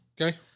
Okay